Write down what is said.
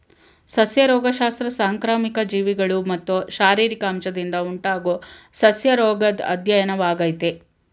ಸಸ್ಯ ರೋಗಶಾಸ್ತ್ರ ಸಾಂಕ್ರಾಮಿಕ ಜೀವಿಗಳು ಮತ್ತು ಶಾರೀರಿಕ ಅಂಶದಿಂದ ಉಂಟಾಗೊ ಸಸ್ಯರೋಗದ್ ಅಧ್ಯಯನವಾಗಯ್ತೆ